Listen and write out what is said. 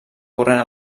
corrent